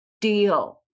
deal